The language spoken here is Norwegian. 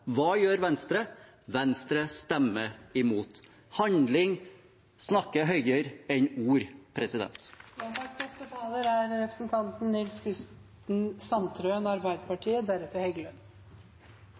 Hva gjør Venstre? Venstre stemmer imot. Handling snakker høyere enn ord.